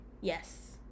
Yes